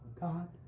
God